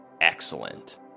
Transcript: Excellent